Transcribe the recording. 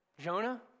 Jonah